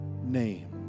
name